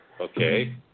Okay